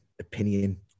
opinion